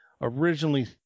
originally